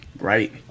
Right